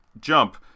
jump